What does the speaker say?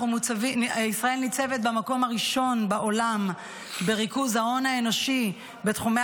ישראל ניצבת במקום הראשון בעולם בריכוז ההון האנושי בתחומי